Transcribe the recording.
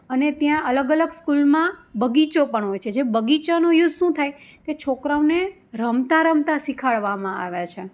અને ત્યાં અલગ અલગ સ્કૂલમાં બગીચો પણ હોય છે જે બગીચાનો યુસ શું થાય કે છોકરાઓને રમતા રમતા શિખવાડવામાં આવે છે